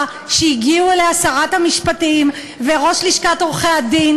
שהגיעו אליה שרת המשפטים וראש לשכת עורכי הדין.